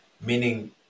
Meaning